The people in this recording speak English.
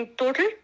total